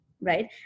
right